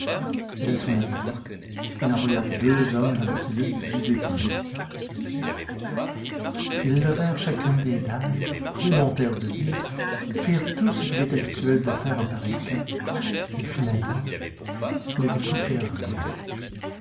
dès son arrivée il envoya deux de ses hommes dans la cellule du détenu ils levèrent chacune des dalles démontèrent le lit firent tout ce qu'il est habituel de faire en pareil cas et finalement ne découvrirent rien